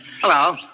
Hello